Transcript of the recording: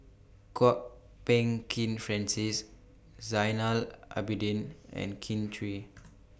Kwok Peng Kin Francis Zainal Abidin and Kin Chui